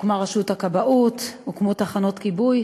הוקמה רשות הכבאות, הוקמו תחנות כיבוי,